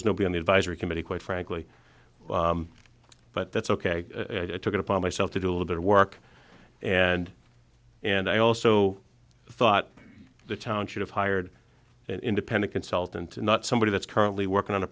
there's nobody on the advisory committee quite frankly but that's ok i took it upon myself to do a little bit of work and and i also thought the town should have hired an independent consultant and not somebody that's currently working on a